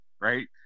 right